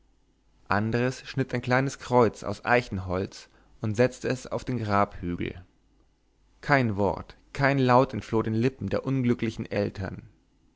andres schnitt ein kleines kreuz aus eichenholz und setzte es auf den grabhügel kein wort kein laut entfloh den lippen der unglücklichen eltern